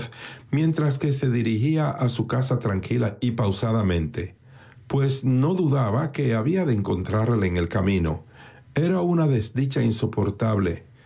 mientras que se dirigía a su casa tranquila y pausadamentepues no dudaba que había de encontrarle en el camino era una desdicha insoportable